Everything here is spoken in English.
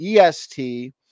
EST